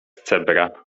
cebra